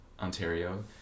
Ontario